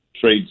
trade